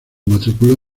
matriculó